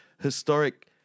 historic